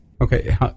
Okay